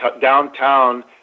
downtown